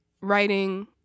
writing